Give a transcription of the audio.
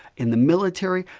in the military,